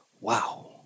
Wow